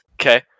Okay